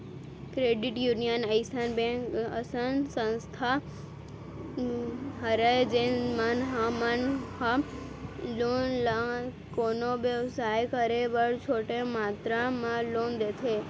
credit union अइसन bank असन संस्था हरय जेन मन ह मन ह लोगन ल कोनो बेवसाय करे बर छोटे मातरा म लोन देथे